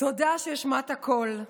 תודה שהשמעת קול.